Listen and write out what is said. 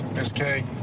miss kay,